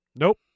Nope